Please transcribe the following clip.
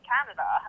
Canada